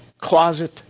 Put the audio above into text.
closet